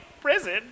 prison